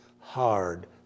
hard